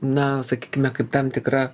na sakykime kaip tam tikra